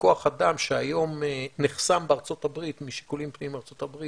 כח אדם שהיום נחסם בארה"ב משיקולים פנים ארה"ב,